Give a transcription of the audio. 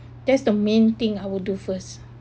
that's the main thing I will do first